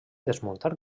desmuntar